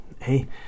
hey